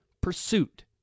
pursuit